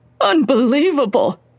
Unbelievable